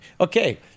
Okay